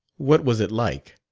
what was it like?